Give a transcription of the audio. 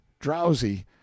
drowsy